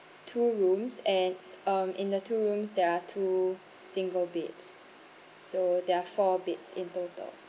two rooms and um in the two rooms there are two single beds so there are four beds in total